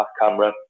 camera